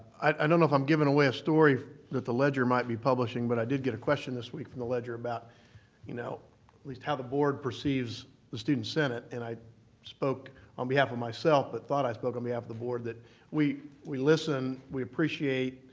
i don't know if i'm giving away a story that the ledger might be publishing, but i did get a question this week from the ledger about at you know least how the board perceives the student senate and i spoke on behalf of myself, but thought i spoke on behalf of the board, that we we listen, we appreciate,